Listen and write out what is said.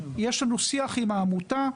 יש לנו שיח עם העמותה.